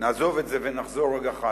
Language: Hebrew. נעזוב את זה ונחזור רגע אחד,